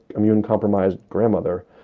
immunocompromised grandmother.